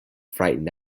frightened